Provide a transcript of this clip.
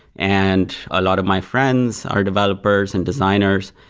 and a lot of my friends are developers and designers.